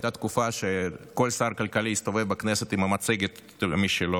הייתה תקופה שכל שר כלכלי הסתובב בכנסת עם מצגת משלו,